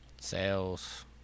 sales